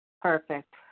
Perfect